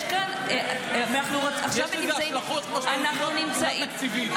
יש לזה השלכות משמעותיות מבחינה תקציבית,